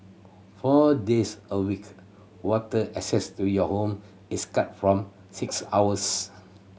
four days a week water access to your home is cut form six hours